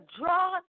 draw